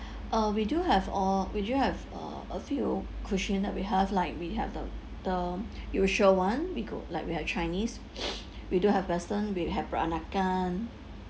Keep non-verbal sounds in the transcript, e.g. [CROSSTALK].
uh we do have uh we do have uh a few cuisine that we have like we have the the usual one we got like we have chinese [BREATH] we do have western we have peranakan